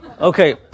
Okay